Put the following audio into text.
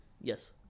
yes